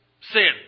sin